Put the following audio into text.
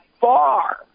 far